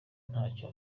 ntacyo